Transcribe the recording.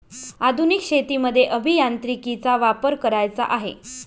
आधुनिक शेतीमध्ये अभियांत्रिकीचा वापर करायचा आहे